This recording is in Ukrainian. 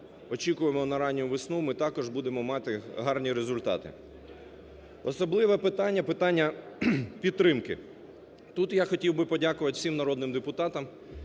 очікуємо на ранню весну, ми також будемо мати гарні результати. Особливе питання – питання підтримки. Тут я хотів би подякувати всім народним депутатам,